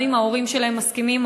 גם אם ההורים שלהם מסכימים,